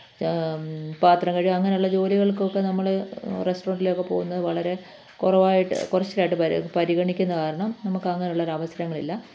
പാത്രം കഴുകുക അങ്ങനെ ഉള്ള ജോലികള്ക്കൊക്കെ നമ്മള് റെസ്റ്റോറന്റിലൊക്കെ പോകുന്നത് വളരെ കുറവായിട്ട് കുറച്ചിലായിട്ട് പരി പരിഗണിക്കുന്നത് കാരണം നമുക്ക് അങ്ങനെ ഉള്ള അവസരങ്ങൾ ഇല്ല